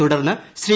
തുടർന്ന് ശ്രീ